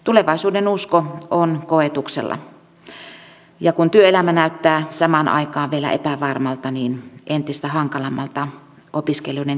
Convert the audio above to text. tulevaisuudenusko on koetuksella ja kun työelämä näyttää samaan aikaan vielä epävarmalta niin entistä hankalammalta opiskelijoiden tilanne tuntuu